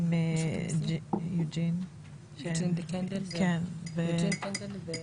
עם יוג'ין קנדל ופרופ'